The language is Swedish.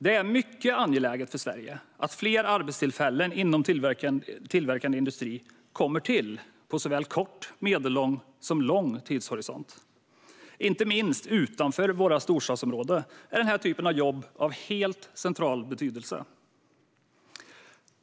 Det är mycket angeläget för Sverige att fler arbetstillfällen inom tillverkande industri kommer till på såväl kort som medellång och lång tidshorisont. Inte minst utanför våra storstadsområden är denna typ av jobb av helt central betydelse.